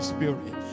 Spirit